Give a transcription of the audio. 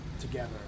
together